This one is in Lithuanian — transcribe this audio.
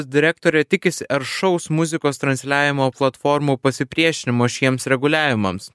direktorė tikisi aršaus muzikos transliavimo platformų pasipriešinimo šiems reguliavimams